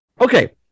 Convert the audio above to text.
Okay